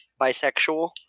bisexual